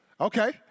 Okay